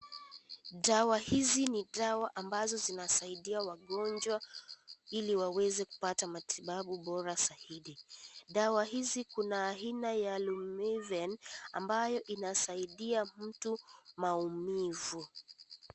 Dawa hizi ni dawa ambazo zinasaidia wagonjwa ili waweze kupata matibabu bora zaidi . Dawa hizi kuna aina lumiphen ambayo inasaidia mtu maumivu.